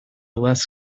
less